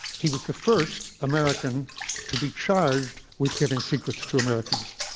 he was the first american to be charged with giving secrets to americans.